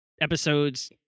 episodes